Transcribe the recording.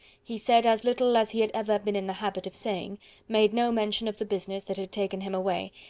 he said as little as he had ever been in the habit of saying made no mention of the business that had taken him away,